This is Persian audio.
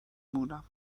مونم